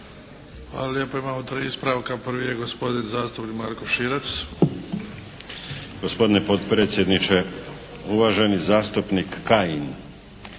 Hvala lijepa. Imamo tri ispravka. Prvi je gospodin zastupnik Marko Širac. **Širac, Marko (HDZ)** Gospodine potpredsjedniče, uvaženi zastupnik Kajin